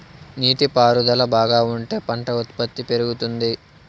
నీటి పారుదల బాగా ఉంటే పంట ఉత్పత్తి పెరుగుతుంది